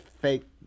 fake